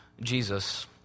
Jesus